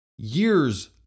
Years